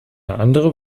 andere